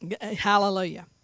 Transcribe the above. Hallelujah